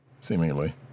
Seemingly